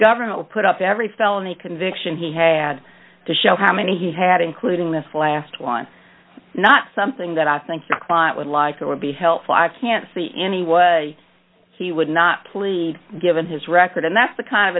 government put up every felony conviction he had to show how many he had including this last one not something that i think your client would like it would be helpful i can't see any was he would not plead given his record and that's the kind of